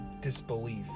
disbelief